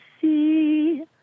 see